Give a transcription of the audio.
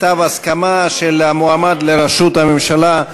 כתב הסכמה של המועמד לראשות הממשלה,